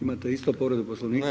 Imate isto povredu Poslovnika?